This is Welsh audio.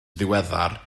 ddiweddar